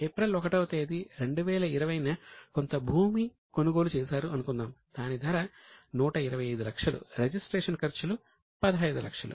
April 1 వ తేదీ 2020 న కొంత భూమి కొనుగోలు చేశారు అనుకుందాం దాని ధర 125 లక్షలు రిజిస్ట్రేషన్ ఖర్చులు 15 లక్షలు